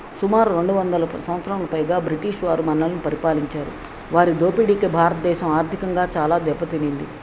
సుమారు రెండు వందల సంవత్సరములు పైగా బ్రిటిష్ వారు మనల్ని పరిపాలించారు వారి దోపిడికి భారతదేశం ఆర్థికంగా చాలా దెబ్బతినింది